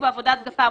בעבודת גפ"מ,